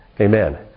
Amen